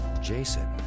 Jason